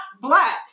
black